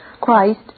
Christ